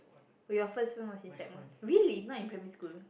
wait your first phone was in sec-one really not in primary school